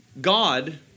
God